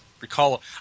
recall